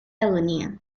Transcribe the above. agonía